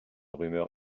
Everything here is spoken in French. rumeur